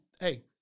Hey